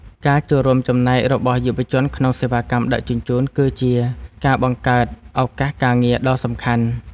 ការចូលរួមចំណែករបស់យុវជនក្នុងសេវាកម្មដឹកជញ្ជូន គឺជាការបង្កើតឱកាសការងារដ៏សំខាន់។